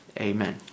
Amen